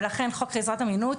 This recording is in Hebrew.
ולכן חוק חזקת אמינות,